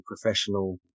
professional